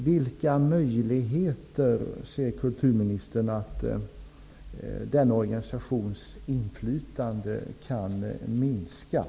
Vilka möjligheter ser kulturministern att det finns för att den organisationens inflytande skall minskas?